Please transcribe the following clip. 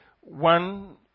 one